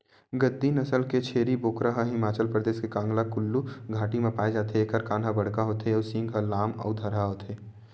गद्दी नसल के छेरी बोकरा ह हिमाचल परदेस के कांगडा कुल्लू घाटी म पाए जाथे एखर कान ह बड़का होथे अउ सींग ह लाम अउ धरहा होथे